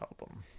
album